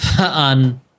on